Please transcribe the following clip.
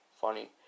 funny